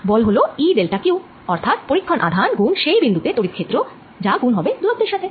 বল হল E delta Q অর্থাৎ পরীক্ষণ আধান গুন সেই বিন্দু তে তড়িৎ ক্ষেত্র যা গুন হবে দুরত্বের সাথে